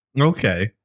Okay